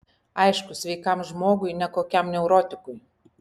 aišku sveikam žmogui ne kokiam neurotikui